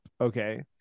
okay